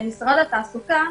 למשרד התעסוקה,